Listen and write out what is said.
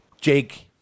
Jake